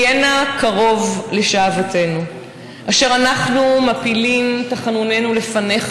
/ היה נא קרוב לשוועתנו / אשר אנחנו מפילים תחנונינו לפניך,